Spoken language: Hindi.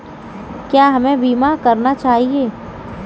क्या हमें बीमा करना चाहिए?